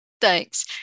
thanks